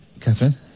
Catherine